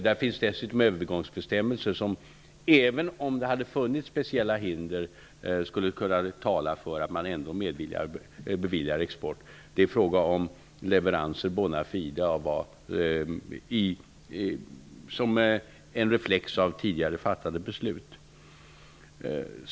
Det finns dessutom övergångsbestämmelser som skulle kunna tala för att man ändå beviljar export även om det hade funnits speciella hinder. Det är fråga om leveranser bona fide som en reflex av tidigare fattade beslut.